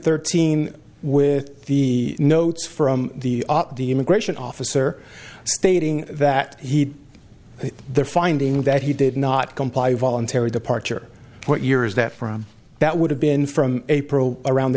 thirteen with the notes from the immigration officer stating that he there finding that he did not comply voluntary departure what year is that from that would have been from april around